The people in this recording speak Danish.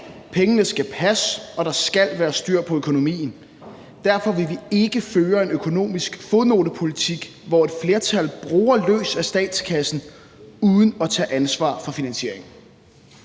Pengene skal passe, og der skal være styr på økonomien. Derfor vil vi ikke føre en økonomisk fodnotepolitik, hvor et flertal bruger løs af statskassen uden at tage ansvar for finansieringen.